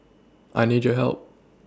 I need your help